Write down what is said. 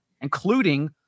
including